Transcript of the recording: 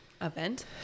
event